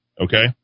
okay